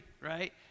right